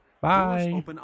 Bye